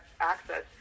access